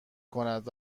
کند